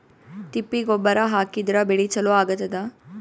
ತಿಪ್ಪಿ ಗೊಬ್ಬರ ಹಾಕಿದ್ರ ಬೆಳಿ ಚಲೋ ಆಗತದ?